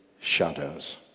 shadows